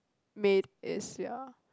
made is ya